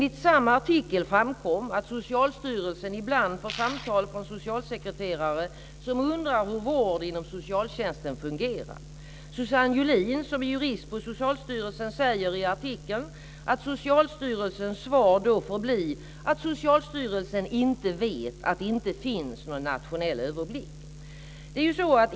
I samma artikel framkom att Socialstyrelsen ibland får samtal från socialsekreterare som undrar hur vård inom socialtjänsten fungerar. Suzanne Julin, som är jurist på Socialstyrelsen, säger i artikeln att Socialstyrelsens svar då får bli att Socialstyrelsen inte vet - att det inte finns någon nationell överblick.